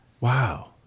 Wow